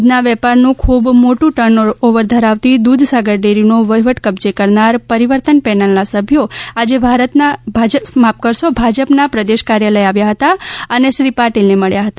દૂધના વેપારનું ખૂબ મોટું ટર્ન ઓવર ધરાવતી દૂધસાગર ડેરીનો વહીવટ કબ્જે કરનાર પરીવર્તન પેનલના સભ્યો આજે ભાજપના પ્રદેશ કાર્યાલય આવ્યા હતા અને શ્રી પાટિલને મળ્યા હતા